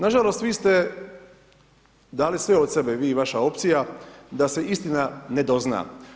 Nažalost, vi ste dali sve od sebe, vi i vaša opcija, da se istina ne dozna.